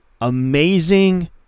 amazing